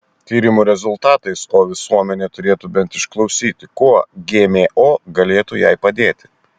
tyrimų rezultatais o visuomenė turėtų bent išklausyti kuo gmo galėtų jai padėti